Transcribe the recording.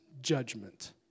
judgment